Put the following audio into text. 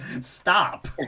stop